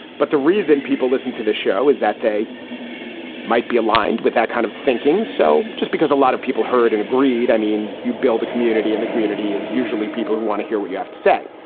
but the reason people listen to the show is that they might be aligned with that kind of thinking. so just because a lot of people heard and agreed, i mean, you build a community and the community is usually people who want to hear what you have to say.